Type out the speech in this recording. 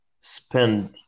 spend